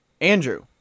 Andrew